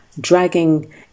dragging